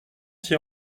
s’y